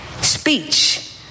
speech